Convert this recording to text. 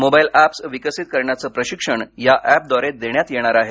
mobile apps विकसित करण्याचं प्रशिक्षण या ऍपद्वारे देण्यात येणार आहे